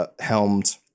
helmed